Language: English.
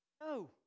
No